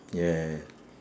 ya ya ya